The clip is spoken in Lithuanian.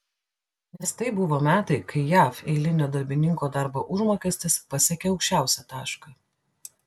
nes tai buvo metai kai jav eilinio darbininko darbo užmokestis pasiekė aukščiausią tašką